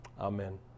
Amen